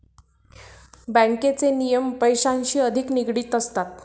बँकेचे नियम पैशांशी अधिक निगडित असतात